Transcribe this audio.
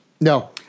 No